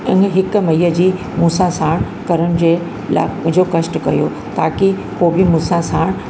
हिकु मईअ जी मूं सां साणु करण जे लाइ जो कष्ट कयो ताकी उहो बि मूं सां साणु